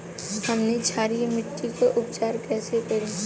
हमनी क्षारीय मिट्टी क उपचार कइसे करी?